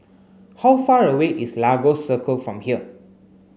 how far away is Lagos Circle from here